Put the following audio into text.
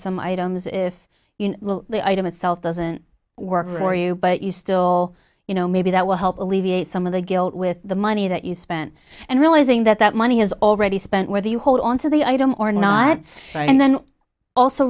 some items if the item itself doesn't work for you but you still you know maybe that will help alleviate some of the guilt with the money that you spent and realizing that that money has already spent whether you hold on to the item or not and then also